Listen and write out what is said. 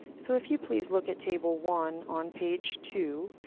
so if you please look at table one on page two,